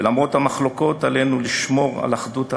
למרות המחלוקות, עלינו לשמור על אחדות העם,